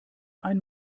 ein